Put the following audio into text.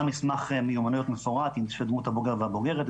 מסמך מיומנויות מפורט של דמות הבוגר והבוגרת,